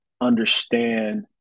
understand